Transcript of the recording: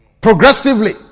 Progressively